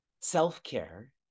self-care